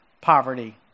poverty